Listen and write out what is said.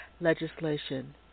legislation